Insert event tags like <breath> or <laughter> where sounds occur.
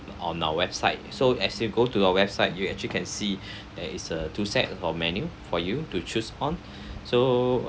on our website so as you go to our website you actually can see <breath> there is a two set for menu for you to choose on so